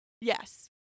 Yes